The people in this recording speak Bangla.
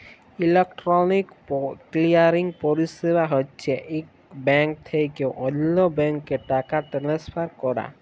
ইলেকটরলিক কিলিয়ারিং পরিছেবা হছে ইক ব্যাংক থ্যাইকে অল্য ব্যাংকে টাকা টেলেসফার ক্যরা